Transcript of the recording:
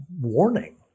warning